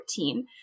14